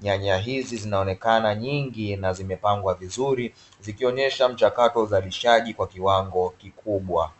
nyanya hizi zinaonekana nyingi na zimepangwa vizuri, zikionuesha mchakato wa uzalishaji kwa kiwango kikubwa.